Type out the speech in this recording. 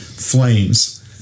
Flames